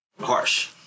harsh